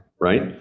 right